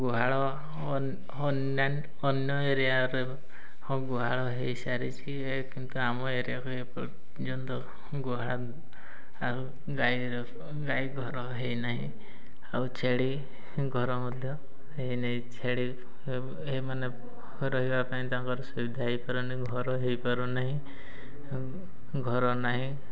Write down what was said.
ଗୁହାଳ ଅନ୍ୟ ଏରିଆରେ ହଁ ଗୁହାଳ ହେଇସାରିଛି କିନ୍ତୁ ଆମ ଏରିଆକୁ ଏପର୍ଯ୍ୟନ୍ତ ଗୁହାଳ ଆଉ ଗାଈର ଗାଈ ଘର ହେଇ ନାହିଁ ଆଉ ଛେଳି ଘର ମଧ୍ୟ ହେଇ ନାହିଁ ଛେଳି ଏମାନେ ରହିବା ପାଇଁ ତାଙ୍କର ସୁବିଧା ହେଇପାରୁନି ଘର ହେଇପାରୁ ନାହିଁ ଘର ନାହିଁ